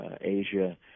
Asia